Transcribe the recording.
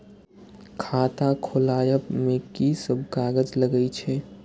खाता खोलाअब में की सब कागज लगे छै?